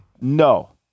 No